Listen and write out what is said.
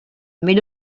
mais